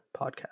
podcast